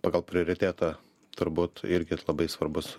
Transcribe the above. pagal prioritetą turbūt irgi labai svarbus